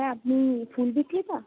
হ্যাঁ আপনি ফুল বিক্রেতা